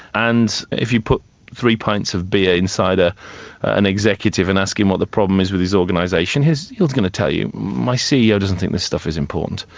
and if you put three pints of beer inside ah an executive and ask him what the problem is with his organisation, he is going to tell you, my ceo doesn't think this stuff is important.